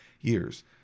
years